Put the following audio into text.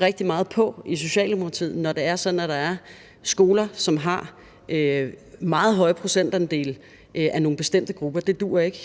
rigtig meget på, at når det er sådan, at der er skoler, som har meget høje procentandele af nogle bestemte grupper,